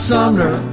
Sumner